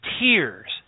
tears